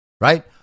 right